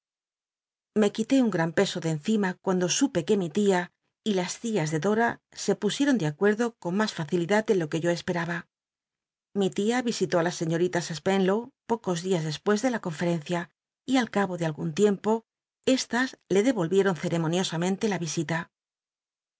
me quité un gtan peso de encima cuando supe que mi tia y las ti as de dora se j nsicton de acuet'clo con mas facilidad de lo que yo espemba mi tia visitó á la señorita spenlow pocos dias dcspucs de la confctt'ncia y al cabo de al tlll tiempo estas le dcvolvicton ceremoniosamente la